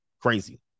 Crazy